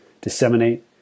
disseminate